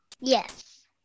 Yes